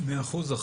מאה אחוז.